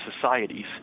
societies